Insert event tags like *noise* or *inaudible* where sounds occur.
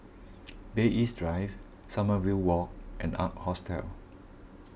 *noise* Bay East Drive Sommerville Walk and Ark Hostel